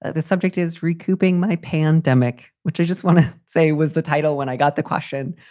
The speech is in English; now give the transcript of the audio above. ah the subject is recouping my pandemic, which i just want to say was the title when i got the question.